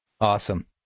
Awesome